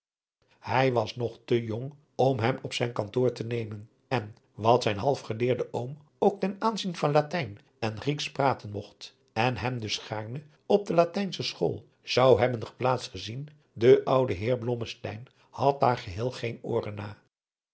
hij was nog te jong om hem op zijn kantoor te nemen en wat zijn halfgeleerde oom ook ten aanzien van latijn en grieksch praten mogt en hem dus gaarne op de latijnsche school zon hebben geplaatst gezien de oude heer blommesteyn had daar geheel geen ooren na